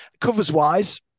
Covers-wise